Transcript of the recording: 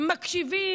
אנחנו מקשיבים,